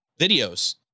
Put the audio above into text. videos